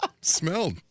Smelled